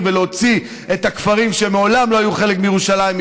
ולהוציא מירושלים את הכפרים שמעולם לא היו חלק מירושלים.